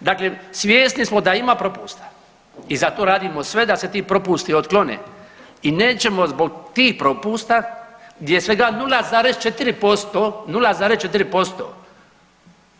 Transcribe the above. Dakle, svjesni smo da ima propusta i zato radimo sve da se ti propusti otklone i nećemo zbog tih propusta gdje je svega 0,4%